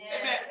Amen